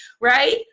right